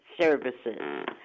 services